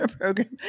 program